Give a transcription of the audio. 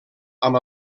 amb